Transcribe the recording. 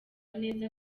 neza